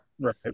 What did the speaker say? right